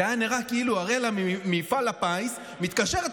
זה היה נראה כאילו אראלה ממפעל הפיס מתקשרת